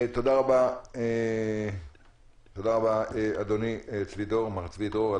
תודה רבה, אדוני, צבי דרור.